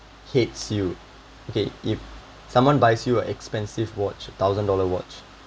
hates you okay if someone buys you a expensive watch a thousand dollar watch